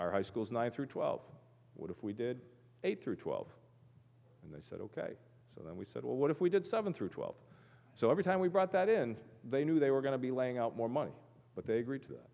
our high schools nine through twelve what if we did eight through twelve and they said ok so then we said well what if we did seven through twelve so every time we brought that in they knew they were going to be laying out more money but they agreed to th